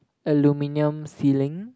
aluminium ceiling